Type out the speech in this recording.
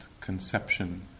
conception